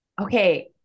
Okay